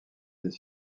des